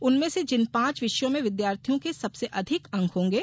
उनमें से जिन पांच विषयों में विद्यार्थी के सबसे अधिक अंक होंगे